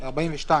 התשנ"ד 1944,